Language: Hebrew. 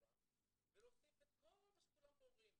עצמה ולהוסיף את כל מה שכולם פה אומרים.